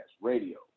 radio